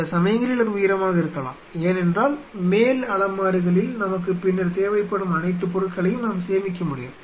சில சமயங்களில் அது உயரமாக இருக்கலாம் ஏனென்றால் மேல் அலமாரிகளில் நமக்கு பின்னர் தேவைப்படும் அனைத்து பொருட்களையும் நாம் சேமிக்க முடியும்